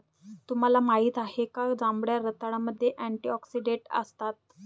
तुम्हाला माहित आहे का की जांभळ्या रताळ्यामध्ये अँटिऑक्सिडेंट असतात?